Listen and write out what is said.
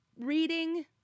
reading